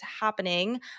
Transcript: happening